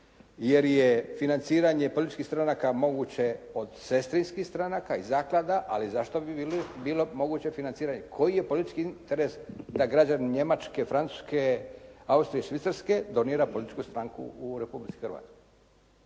jer je financiranje političkih stranaka moguće od sestrinskih stranaka i zaklada, ali zašto bi bilo moguće financiranje, koji je politički interes da građanin Njemačke, Francuske, Austrije i Švicarske donira političku stranku u Republici Hrvatskoj.